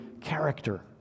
character